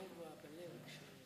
תודה רבה, גברתי היושבת-ראש.